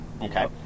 Okay